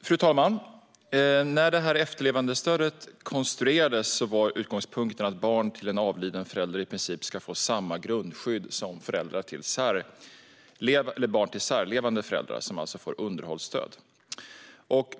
Fru talman! När efterlevandestödet konstruerades var utgångspunkten att barn till en avliden förälder i princip ska få samma grundskydd som barn till särlevande föräldrar, som alltså får underhållsstöd.